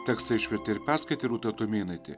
tekstą išvertė ir perskaitė rūta tumėnaitė